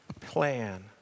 plan